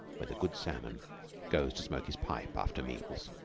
where the good salmon goes to smoke his pipe after meals.